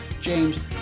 James